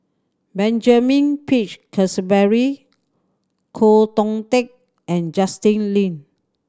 Benjamin Peach Keasberry Koh Dong Teck and Justin Lean